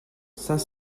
saint